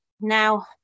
now